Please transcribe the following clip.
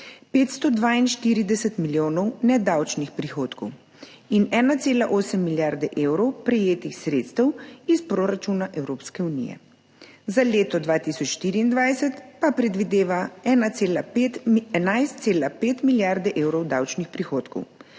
542 milijonov nedavčnih prihodkov in 1,8 milijarde evrov prejetih sredstev iz proračuna Evropske unije. Za leto 2024 pa predvideva 11,5 milijarde evrov davčnih prihodkov,